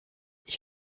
ich